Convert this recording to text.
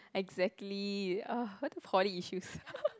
exactly !ugh! all the poly issues